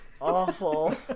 awful